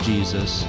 Jesus